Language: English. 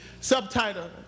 subtitle